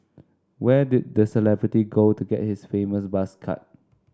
where did the celebrity go to get his famous buzz cut